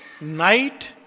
Night